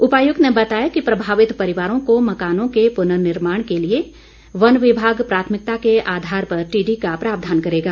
उपायुक्त ने बताया कि प्रभावित परिवारों को मकानों के पुनर्निमाण के लिए वन विभाग प्राथमिकता के आधार पर टीडी का प्रावधान करेगा